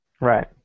Right